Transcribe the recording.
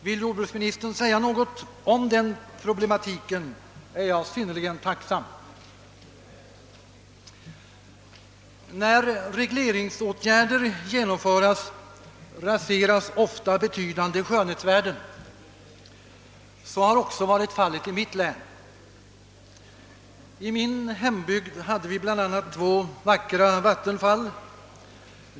Vill jordbruksministern säga något om det är jag synnerligen tacksam. När man genomför regleringsåtgärder raseras ofta betydande skönhetsvärden. Så har också varit fallet i mitt län. I min hembygd hade vi bland annat två vackra vattenfall.